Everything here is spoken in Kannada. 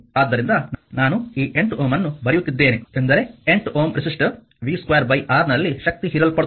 ಆದ್ದರಿಂದ ನಾನು ಈ 8Ω ಅನ್ನು ಬರೆಯುತ್ತಿದ್ದೇನೆ ಎಂದರೆ 8Ω ರೆಸಿಸ್ಟರ್ v2 R ನಲ್ಲಿ ಶಕ್ತಿ ಹೀರಲ್ಪಡುತ್ತದೆ